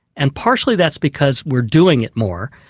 and partially that's because we're doing it more,